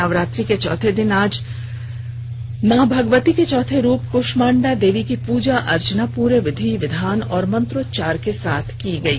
नवरात्रि के चौथे दिन आज माँ भगवती के चौथे रुप कृष्मांडा देवी की पूजा अर्चना पूरे विधि विधान और मन्त्रोच्चार के साथ की गयी